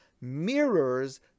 mirrors